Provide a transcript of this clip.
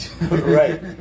Right